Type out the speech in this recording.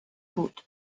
بود